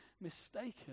mistaken